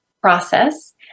process